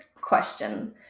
question